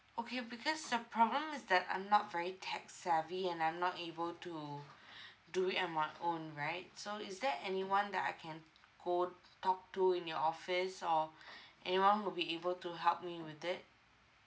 okay because the problem is that I'm not very tech savvy and I'm not able to do it on my own right so is there anyone that I can go talk to in your office or anyone who'll be able to help me with it